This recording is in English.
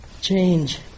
Change